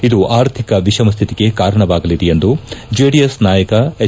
ಇದು ಆರ್ಥಿಕ ವಿಷಮಸ್ವಿತಿಗೆ ಕಾರಣವಾಗಲಿದೆ ಎಂದು ಜೆಡಿಎಸ್ ನಾಯಕ ಎಚ್